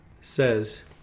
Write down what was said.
says